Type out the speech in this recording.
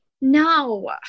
No